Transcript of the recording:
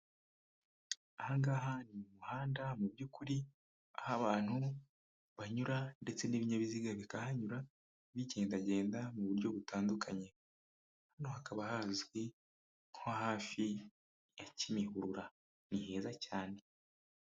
Ahangaha ni mu muhanda mu by'ukuri aho abantu banyura ndetse n'ibinyabiziga bikahanyura bigendagenda mu buryo butandukanye. Hano hakaba hazwi nko hafi ya kimihurura, ni heza cyane.